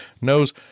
knows